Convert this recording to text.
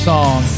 Song